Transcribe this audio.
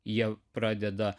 jie pradeda